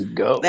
go